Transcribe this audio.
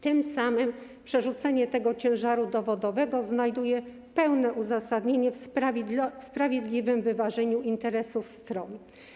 Tym samym przerzucenie tego ciężaru dowodowego znajduje pełnie uzasadnienie w sprawiedliwym wyważeniu interesów stron.